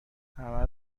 همه